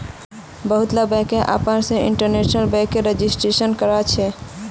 बहुतला बैंक अपने से इन्टरनेट बैंकिंगेर रजिस्ट्रेशन करवाछे